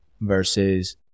versus